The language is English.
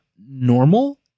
normal